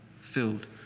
filled